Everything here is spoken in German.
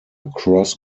cross